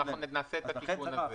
אנחנו נעשה את התיקון הזה.